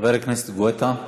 חבר הכנסת גואטה,